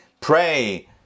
pray